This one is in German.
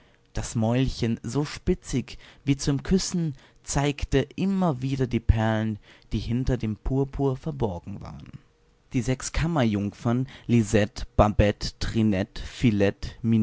das mäulchen so spitzig wie zum küssen zeigte immer wieder die perlen die hinter dem purpur verborgen waren die sechs